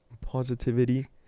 positivity